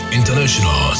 international